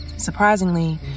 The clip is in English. Surprisingly